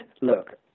look